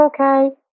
okay